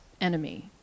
enemy